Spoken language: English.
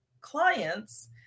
clients